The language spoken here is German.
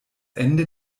ende